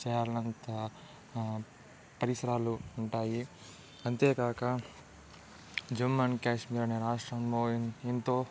చేయాలంతా పరిసరాలు ఉంటాయి అంతేకాక జమ్ అండ్ కాశ్మీర్ అనే రాష్ట్రంలో ఎంతో